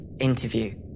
interview